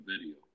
video